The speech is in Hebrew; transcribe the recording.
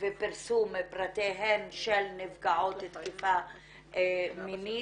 ופרסום של נפגעות תקיפה מינית.